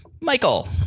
Michael